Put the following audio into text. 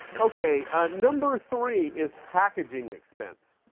okay, number three is packaging expense.